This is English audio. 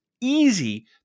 easy